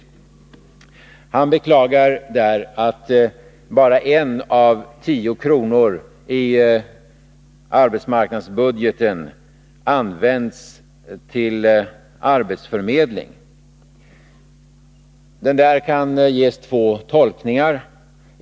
Moderatledaren beklagar att bara 1 av 10 kronor i arbetsmarknadsbudgeten används till arbetsförmedling. Detta kan tolkas på två sätt.